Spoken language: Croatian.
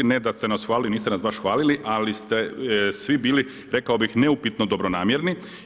Ne da ste nas hvalili, niste nas baš hvalili, ali ste svi bili, rekao bih neupitno dobronamjerni.